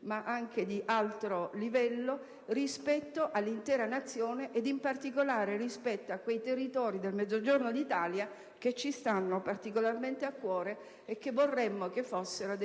ma anche di altro livello, rispetto all'intera Nazione e, in particolare, rispetto quei territori del Mezzogiorno d'Italia che ci stanno particolarmente a cuore e che vorremmo fossero